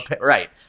Right